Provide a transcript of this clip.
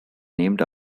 named